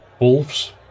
Wolves